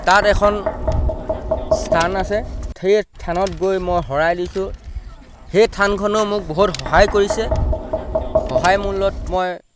তাত এখন স্থান আছে সেই থানত গৈ মই শৰাই দিছোঁ সেই থানখনেও মোক বহুত সহায় কৰিছে সহায় মূলত মই